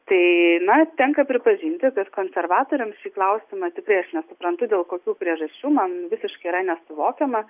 tai na tenka pripažinti kad konservatoriams šį klausimą tikrai aš nesuprantu dėl kokių priežasčių man visiškai yra nesuvokiama